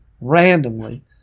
randomly